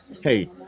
Hey